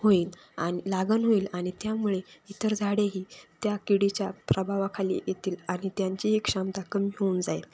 होईल आणि लागण होईल आणि त्यामुळे इतर झाडेही त्या किडीच्या प्रभावाखाली येतील आणि त्यांची एक क्षमता कमी होऊन जाईल